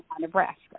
Nebraska